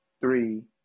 three